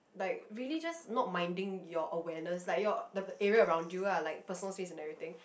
like really just not minding your awareness like your the area around you lah like personal space and everything